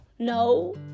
No